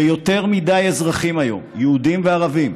ויותר מדי אזרחים היום, יהודים וערבים,